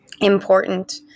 important